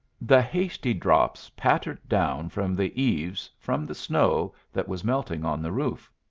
the hasty drops pattered down from the eaves from the snow that was melting on the roof.